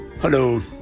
Hello